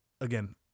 again